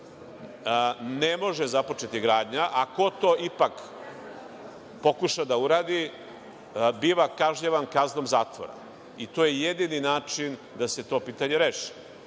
ne može započeti gradnja, a ko to ipak pokuša da uradi, biva kažnjavan kaznom zatvora, i to je jedini način da se to pitanje